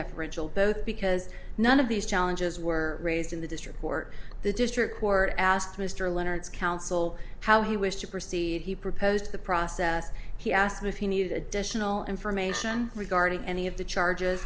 deferential both because none of these challenges were raised in the district court the district court asked mr lennard's counsel how he wished to proceed he proposed the process he asked me if he needed additional information regarding any of the charges